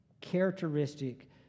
characteristic